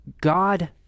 God